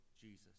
Jesus